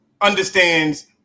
understands